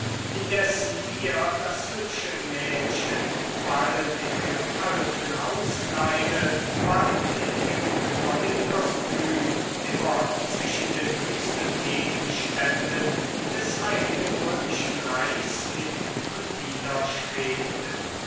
indessen mir das hübsche mädchen bald in ihrem alten hauskleide bald in ihrem neuen kostüm immer zwischen den höchsten gegenständen des heiligen römischen reichs hin und wider schwebte